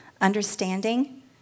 understanding